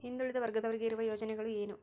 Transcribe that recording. ಹಿಂದುಳಿದ ವರ್ಗದವರಿಗೆ ಇರುವ ಯೋಜನೆಗಳು ಏನು?